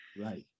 Right